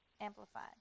Amplified